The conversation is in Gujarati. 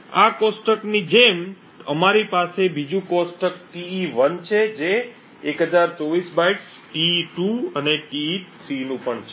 આ કોષ્ટકની જેમ અમારી પાસે બીજું કોષ્ટક Te1 છે જે 1024 બાઇટ્સ Te2 અને Te3 નું પણ છે